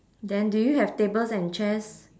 then do you have tables and chairs